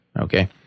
Okay